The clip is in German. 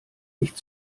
nicht